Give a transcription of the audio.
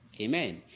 Amen